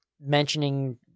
Mentioning